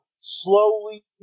slowly